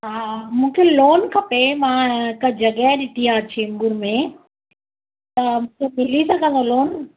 हा मूंखे लोन खपे मां हिकु जॻह ॾिठी आहे चेम्बूर में त मिली सघंदो आहे लोन